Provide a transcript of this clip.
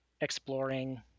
exploring